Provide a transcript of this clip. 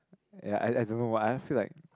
ya I I don't know what I feel like